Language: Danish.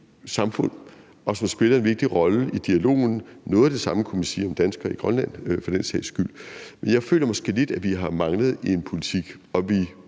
samfund, og som spiller en vigtig rolle i dialogen. Noget af det samme kunne man for den sags skyld sige om danskere i Grønland. Jeg føler måske lidt, at vi har manglet en politik, og